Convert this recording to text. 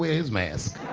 his mask.